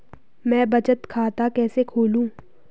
मैं बचत खाता कैसे खोलूँ?